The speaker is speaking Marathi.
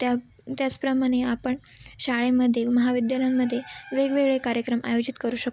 त्या त्याचप्रमाणे आपण शाळेमध्ये महाविद्यालयांमध्ये वेगवेगळे कार्यक्रम आयोजित करू शकतो